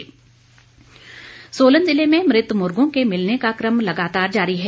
बुर्ड flu Solan जिले में मृत मुर्गों के मिलने का क्रम लगातार जारी है